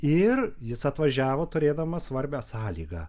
ir jis atvažiavo turėdamas svarbią sąlygą